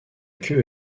queue